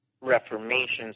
reformations